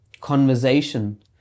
conversation